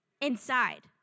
inside